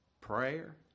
prayer